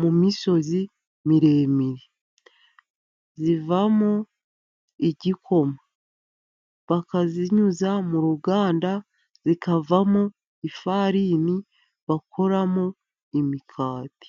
mu misozi miremire, zivamo igikoma, bakazinyuza mu ruganda zikavamo ifarini bakoramo imigati.